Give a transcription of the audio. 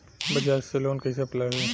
बजाज से लोन कईसे अप्लाई होई?